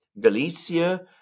Galicia